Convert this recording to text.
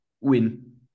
win